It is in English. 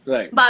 Right